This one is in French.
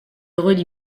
relie